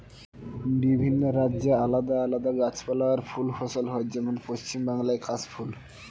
বিভিন্ন রাজ্যে আলাদা আলাদা গাছপালা আর ফুল ফসল হয়, যেমন পশ্চিম বাংলায় কাশ ফুল